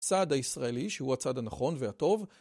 הצד הישראלי, שהוא הצד הנכון והטוב.